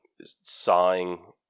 sawing